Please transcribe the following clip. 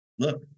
Look